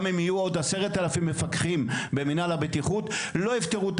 גם אם יהיו עוד 10,000 מפקחים במינהל הבטיחות לא יפתרו את